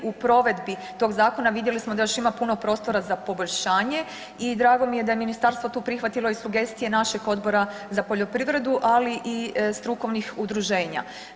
U provedbi tog zakona vidjeli smo da još ima puno prostora za poboljšanje i drago mi je da je tu ministarstvo prihvatilo i sugestije našeg Odbora za poljoprivredu, ali i strukovnih udruženja.